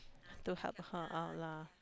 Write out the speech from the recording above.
to help her out lah